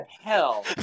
hell